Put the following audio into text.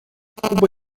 куба